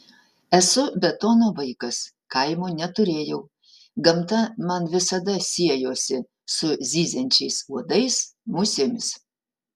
esu betono vaikas kaimo neturėjau gamta man visada siejosi su zyziančiais uodais musėmis